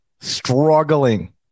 struggling